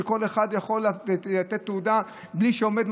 שכל אחד יכול לתת תעודה בלי שעומדים